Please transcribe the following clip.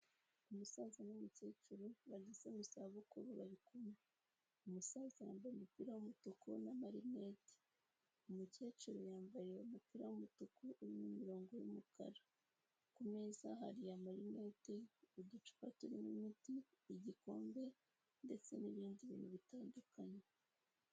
umusaza n'umukecuru bageze mu za bukuru bari kumwe umusaza wambaye umupira w'umutuku n'amarinete umukecuru yambaye umupira w'umutuku urimo imirongo y'umukara kumeza hari amarinete, uducupa turimo imiti, igikombe ndetse n'ibindi bitandukanye.